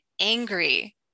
angry